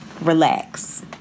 relax